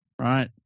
right